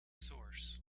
source